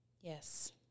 Yes